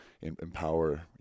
empower